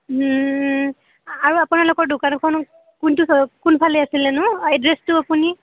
আৰু আপোনালোকৰ দোকানখন কোনটো কোনফালে আছিলেনো এড্ৰেছটো আপুনি